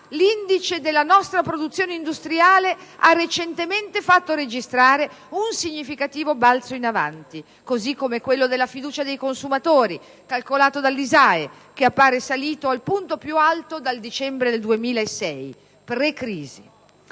l'indice della nostra produzione industriale ha recentemente fatto registrare un significativo balzo in avanti, così come quello della fiducia dei consumatori calcolato dall'ISAE, che appare salito al punto più alto dal dicembre del 2006, prima